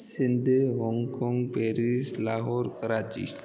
Sindh Hong Kong Paris Lahore Karachi